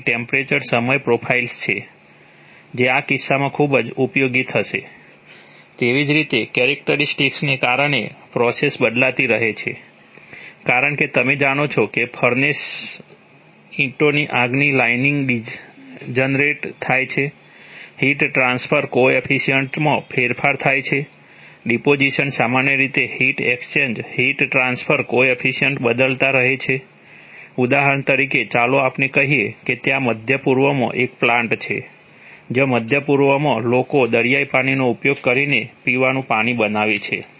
તેથી આવી temperature profiles વિવિધ કેમિકલ પ્રોસેસ ફેરફાર થાય છે ડિપોઝિશન સામાન્ય રીતે heat exchange heat transfer coefficients બદલાતા રહે છે ઉદાહરણ તરીકે ચાલો આપણે કહીએ કે ત્યાં મધ્ય પૂર્વમાં એક પ્લાન્ટ છે જ્યાં મધ્ય પૂર્વમાં લોકો દરિયાના પાણીનો ઉપયોગ કરીને પીવાનું પાણી બનાવે છે